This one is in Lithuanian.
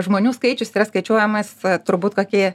žmonių skaičius yra skaičiuojamas turbūt kokie